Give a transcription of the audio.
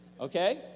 Okay